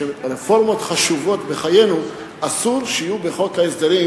שרפורמות חשובות בחיינו אסור שיהיו בחוק ההסדרים,